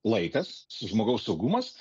laikas žmogaus saugumas